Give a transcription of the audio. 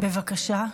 בבקשה.